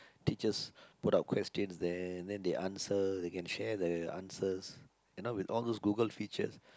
teachers put out question there and then they answers they can share the answers and now with all those Google features